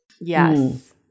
yes